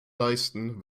leisten